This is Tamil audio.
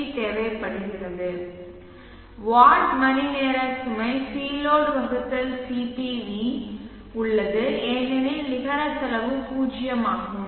வி தேவைப்படுகிறது வாட் மணிநேர சுமை CloadCPV உள்ளது ஏனெனில் நிகர செலவு பூஜ்ஜியமாகும்